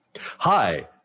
Hi